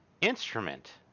instrument